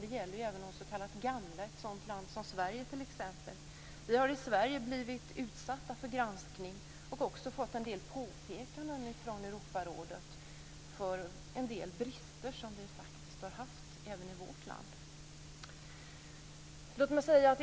Det gäller även de s.k. gamla länderna. Ett land som Sverige är ett sådant exempel. Vi har i Sverige blivit utsatta för granskning och också fått en del påpekanden från Europarådet för en del brister som faktiskt finns i vårt land.